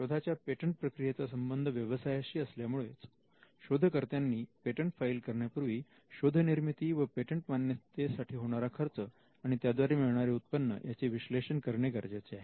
शोधाच्या पेटंट प्रक्रियेचा संबंध व्यवसायाशी असल्यामुळेच शोधकर्त्यांनी पेटंट फाईल करण्यापूर्वी शोध निर्मिती व पेटंट मान्यतेसाठी होणारा खर्च आणि त्याद्वारे मिळणारे उत्पन्न याचे विश्लेषण करणे गरजेचे आहे